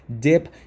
dip